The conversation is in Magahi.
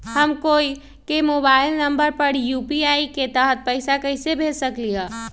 हम कोई के मोबाइल नंबर पर यू.पी.आई के तहत पईसा कईसे भेज सकली ह?